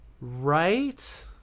Right